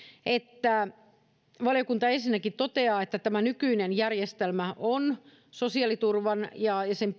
että valiokunta ensinnäkin toteaa että nykyinen järjestelmä on sosiaaliturvan ja sen